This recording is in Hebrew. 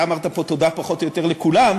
אתה אמרת פה תודה פחות או יותר לכולם,